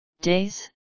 Days